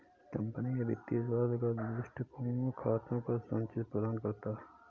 company के वित्तीय स्वास्थ्य का दृष्टिकोण खातों का संचित्र प्रदान करता है